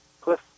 Cliff